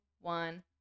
one